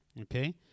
Okay